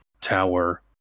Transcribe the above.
tower